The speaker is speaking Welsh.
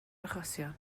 achosion